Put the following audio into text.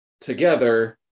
together